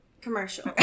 commercial